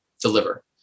deliver